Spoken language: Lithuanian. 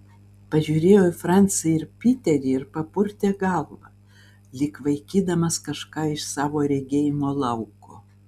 pažiūrėjo į francį ir piterį ir papurtė galvą lyg vaikydamas kažką iš savo regėjimo lauko